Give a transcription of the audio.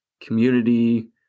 community